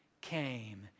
came